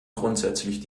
grundsätzlich